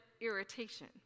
irritation